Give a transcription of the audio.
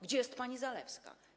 Gdzie jest pani Zalewska?